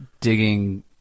digging